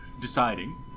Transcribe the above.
deciding